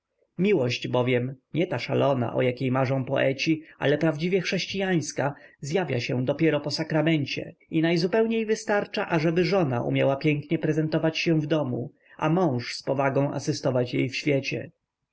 miłość bowiem nie ta szalona o jakiej marzą poeci ale prawdziwie chrześciańska zjawia się dopiero po sakramencie i najzupełniej wystarcza ażeby żona umiała pięknie prezentować się w domu a mąż z powagą asystować jej w świecie